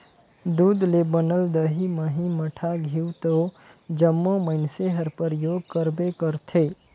दूद ले बनल दही, मही, मठा, घींव तो जम्मो मइनसे हर परियोग करबे करथे